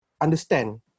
understand